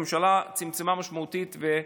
הממשלה צמצמה משמעותית,